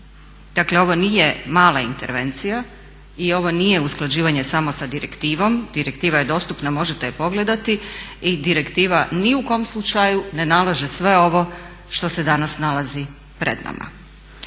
Dakle, ovo nije mala intervencija i ovo nije usklađivanje samo sa direktivom. Direktiva je dostupna, možete je pogledati, i direktiva ni u kom slučaju ne nalaže sve ovo što se danas nalazi pred nama.